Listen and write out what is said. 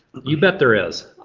you bet there is.